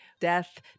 death